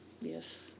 Yes